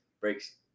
breaks